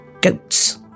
goats